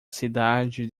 cidade